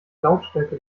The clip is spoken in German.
lautstärke